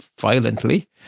violently